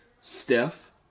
Steph